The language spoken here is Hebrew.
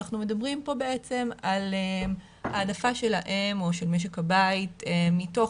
אנחנו מדברים פה בעצם על העדפה של האם או של משק הבית מתוך